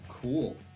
cool